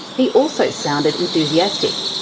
he also sounded enthusiastic.